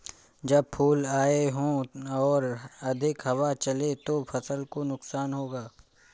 जब फूल आए हों और अधिक हवा चले तो फसल को नुकसान होगा?